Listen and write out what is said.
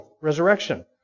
resurrection